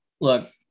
Look